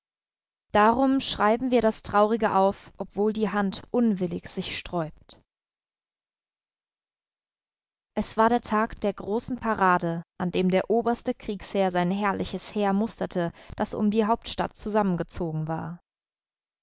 darum schreiben wir das traurige auf obwohl die hand unwillig sich sträubt es war der tag der großen parade an dem der oberste kriegsherr sein herrliches heer musterte das um die hauptstadt zusammengezogen war